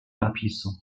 napisu